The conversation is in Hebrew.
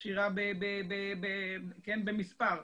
עשירה במספר,